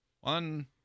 One